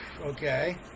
Okay